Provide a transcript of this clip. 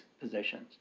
positions